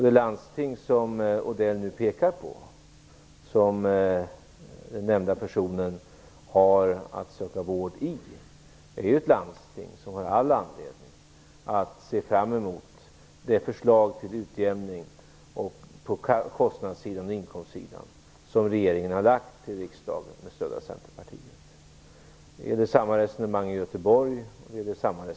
Det landsting som Odell nu pekar på, som den nämnda personen har att söka vård i, är ett landsting som har all anledning att se fram mot det förslag till utjämning på kostnadssidan och inkomstsidan som regeringen har lagt fram i riksdagen med stöd av Centerpartiet. Samma resonemang förs i Göteborg och i Malmö.